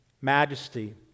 majesty